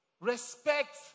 Respect